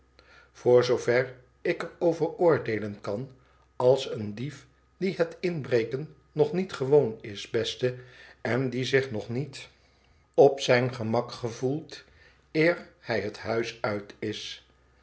voor zoover ik er over oordeelen kan als een dief die het inbreken nog niet gewoon is beste en die zich nog niet op zijn gemak gevoelt eer hij het huis uit is